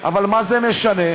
אבל מה זה משנה?